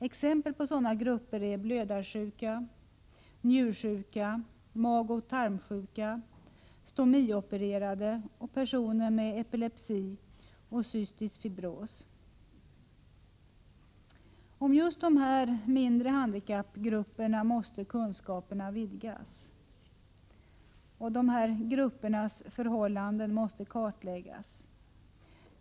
Exempel på sådana grupper är blödarsjuka, njursjuka, magoch tarmsjuka, stomiopererade samt personer med epilepsi eller cystisk fibros. Om just dessa mindre handikappgrupper måste kunskaperna vidgas, och deras förhållanden måste kartläggas.